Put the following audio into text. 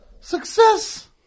success